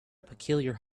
peculiar